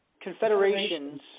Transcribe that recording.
confederations